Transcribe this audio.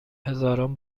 هزاران